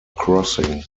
crossing